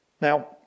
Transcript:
Now